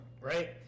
right